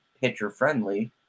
pitcher-friendly